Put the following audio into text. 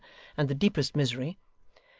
and the deepest misery,